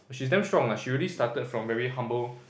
she's damn strong leh she really started from very humble